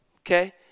okay